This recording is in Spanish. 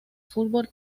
fútbol